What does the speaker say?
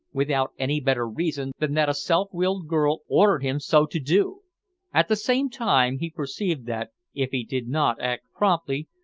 without any better reason than that a self-willed girl ordered him so to do at the same time, he perceived that, if he did not act promptly,